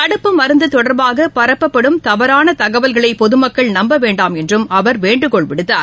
தடுப்பு மருந்ததொடர்பாகபரப்பப்படும் தவறானதகவல்களைபொதுமக்கள் நம்பவேண்டாம் என்றும் அவர் வேண்டுகோள் விடுத்தார்